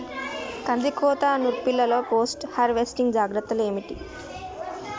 కందికోత నుర్పిల్లలో post harvesting జాగ్రత్తలు ఏంటివి?